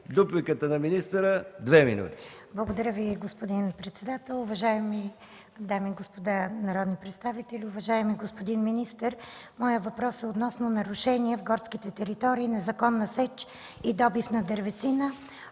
Коцева. ИРЕНА КОЦЕВА (ГЕРБ): Благодаря Ви, господин председател. Уважаеми дами и господа народни представители, уважаеми господин министър! Моят въпрос е относно нарушения в горски територии, незаконна сеч и добив на дървесина.